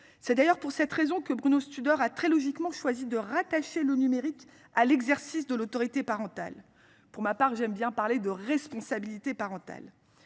C'est d'ailleurs pour cette raison que Bruno Studer a très logiquement choisit de rattacher le numérique à l'exercice de l'autorité parentale. Pour ma part, j'aime bien parler de responsabilité parentale.